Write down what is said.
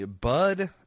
Bud